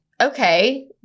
okay